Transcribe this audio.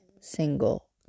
single